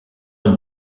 une